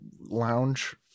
lounge